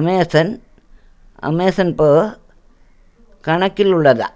Amazon Amazon போ கணக்கில் உள்ளதா